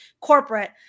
corporate